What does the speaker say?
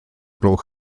gloch